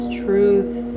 truth